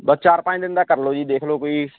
ਬਸ ਚਾਰ ਪੰਜ ਦਿਨ ਦਾ ਕਰ ਲਓ ਜੀ ਦੇਖ ਲਓ ਕੋਈ